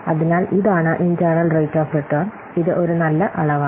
അതിനാൽ ഇതാണ് internal rate of return ഇത് ഒരു നല്ല അളവാണ്